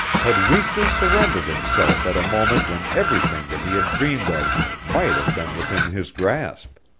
had weakly surrendered himself at a moment when everything that he had dreamed of might have been within his grasp.